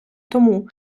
тому